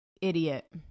idiot